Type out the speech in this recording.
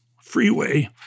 freeway